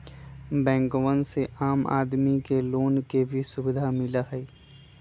बैंकवन से आम आदमी के लोन के भी सुविधा मिला हई